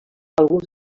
alguns